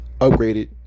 upgraded